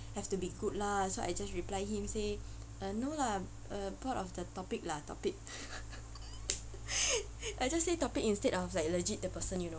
have to be good lah so I just replied him say uh no lah uh bored of the topic lah topic I just say topic instead of like legit the person you know